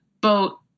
boat